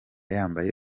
yambaye